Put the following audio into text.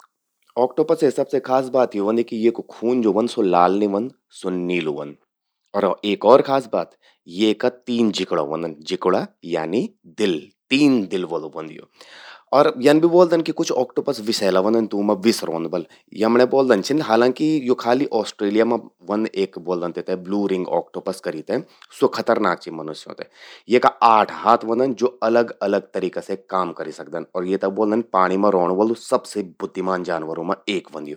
ऑक्टोपसे सबसे खास बात क्या ह्वोंदि कि यूंकू ज्वो खून ह्वोंद, स्वो लाल नि ह्वोंद नीलू ह्वंद। अर एक और खास बात, यूंका तीन जिकुड़ा ह्वोंदन। जिकुड़ा यानी दिल। तीन दिल वलु ह्वंद यो। अर यन भि ब्वोलंदन कि कुछ ऑक्टोपस विषैला ह्वोंदन, तूंमा विष रौंद बल। यमण्यें ब्वोल्दन छिन हालांकि, यो खाली ऑस्ट्रेलिया मां ह्वंद एक ब्वोल्दन तेते ब्लू रिंग ऑक्टोपस करी ते, स्वो खतरनाक चि मनुष्यों ते। येका आठ हाथ व्हंदन, जो अलग अलग तरीका से काम करी सकदन और येते ब्वोल्दन पाणी मां रौंण वला सबसे बुद्धिमान जानवरों में एक ह्वोंद यो।